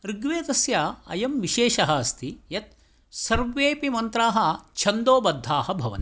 ऋग्वेदस्य अयं विशेषः अस्ति यद् सर्वेपि मन्त्राः छन्दोबद्धाः भवन्ति